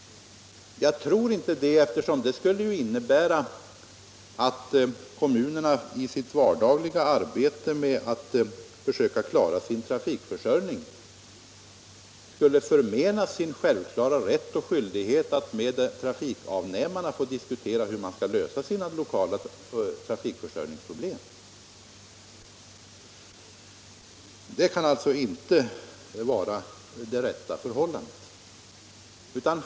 Jag tror inte det, eftersom det skulle innebära att kommunerna i sitt vardagliga arbete med att försöka klara sin trafikförsörjning skulle förmenas sin självklara rätt och skyldighet att med trafikavnämarna diskutera hur man skall lösa sina lokala trafikförsörjningsproblem. Det kan alltså inte vara det rätta förhållandet.